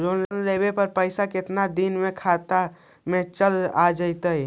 Loan लेब पर पैसा कितना दिन में खाता में चल आ जैताई?